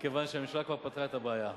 מכיוון שהממשלה כבר פתרה את הבעיה.